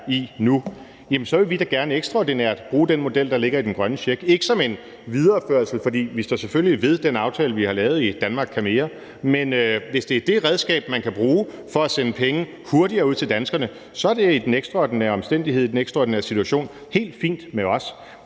i nu, så vil vi da gerne ekstraordinært bruge den model, der ligger i den grønne check – ikke som en videreførelse, for vi står selvfølgelig ved den aftale, vi har lavet i »Danmark kan mere«. Men hvis det er det redskab, man kan bruge for at sende penge hurtigere ud til danskerne, så er det i de ekstraordinære omstændigheder, i den ekstraordinære situation helt fint med os.